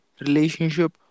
relationship